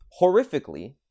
horrifically